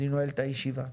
אני נועל את הישיבה.